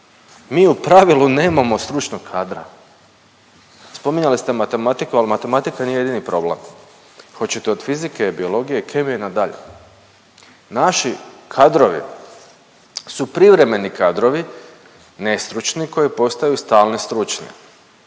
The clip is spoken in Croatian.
mi u pravilu nemamo stručnog kadra. Spominjali ste matematiku, ali matematika nije jedini problem hoćete od fizike, biologije, kemije nadalje. Naši kadrovi su privremeni kadrovi nestručni koji postaju stalni stručni